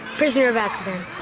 prisoner of azkaban.